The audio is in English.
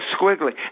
squiggly